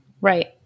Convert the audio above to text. Right